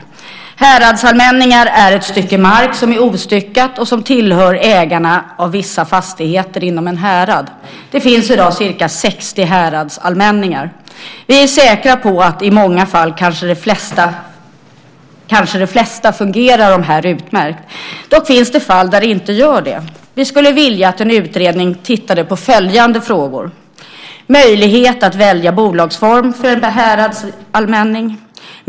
En häradsallmänning är ostyckad mark som tillhör ägarna av vissa fastigheter inom ett härad. Det finns i dag ca 60 häradsallmänningar. Vi är säkra på att i många fall - kanske de flesta - fungerar de utmärkt. Dock finns det fall där de inte gör det. Vi skulle vilja att en utredning tittar på följande frågor: Möjlighet att välja bolagsform för en häradsallmänning.